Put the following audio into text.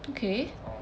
okay